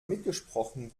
mitgesprochen